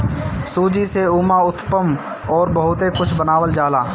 सूजी से उपमा, उत्तपम अउरी बहुते कुछ बनावल जाला